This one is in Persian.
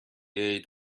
عید